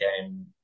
game